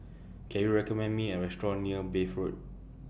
Can YOU recommend Me A Restaurant near Bath Road